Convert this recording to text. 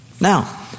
Now